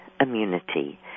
immunity